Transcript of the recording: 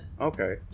okay